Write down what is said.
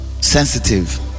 sensitive